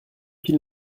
qu’il